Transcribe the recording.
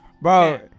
Bro